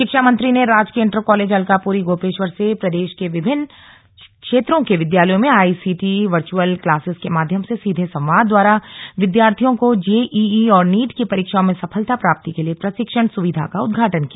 शिक्षा मंत्री ने राजकीय इण्टर कॉलेज अल्कापूरी गोपेश्वर से प्रदेश के विभिन्न क्षेत्रों के विद्यालयों में आईसीटी वर्चुअल क्लासेज के माध्यम से सीधे संवाद द्वारा विद्यार्थियों को जेईई और नीट की परीक्षाओं में सफलता प्राप्ति के लिए प्रशिक्षण सुविधा का उद्घाटन किया